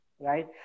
right